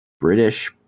British